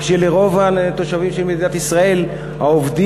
רק שלרוב התושבים של מדינת העובדים,